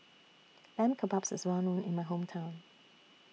Lamb Kebabs IS Well known in My Hometown